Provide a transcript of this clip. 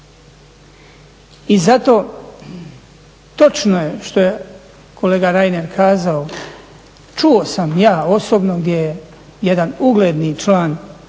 I zato, točno je što je kolega Reiner kazao, čuo sam ja osobno gdje je jedan ugledni član znanstvene